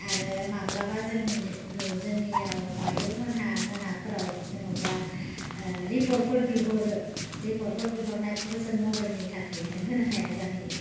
आरो माब्लाबा जोंनि जोंनियाव बायद'मोनहा मोनाफोराव जेन'बा रिपर्टफोर बिहरो रिपर्टफोर बिहरनायखौबो जों मबेलनि थाखायनो होनो हाया जाहैयो